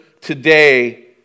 today